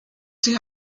sie